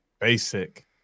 basic